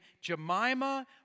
Jemima